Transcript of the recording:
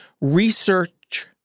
Research